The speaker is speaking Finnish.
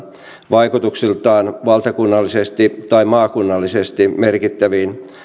vaikutuksiltaan valtakunnallisesti tai maakunnallisesti merkittäviin